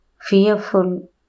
fearful